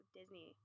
Disney